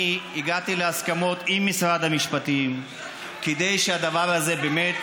אני הגעתי להסכמות עם משרד המשפטים כדי שהדבר הזה באמת,